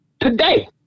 today